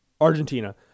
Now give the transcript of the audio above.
Argentina